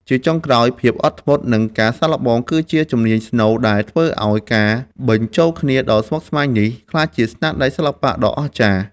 ជាចុងក្រោយ ភាពអត់ធ្មត់ និងការសាកល្បង គឺជាជំនាញស្នូលដែលធ្វើឱ្យការបញ្ចូលគ្នាដ៏ស្មុគស្មាញនេះ ក្លាយជាស្នាដៃសិល្បៈដ៏អស្ចារ្យ។